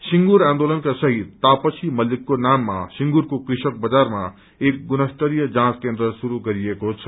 सिंगुर आन्दोलनका शहीद तापसी मल्लिकको नाममा संगुरको कृषक बजारमा एक गुणस्तरीय जाँच केनद्र शुरू गरिएको छ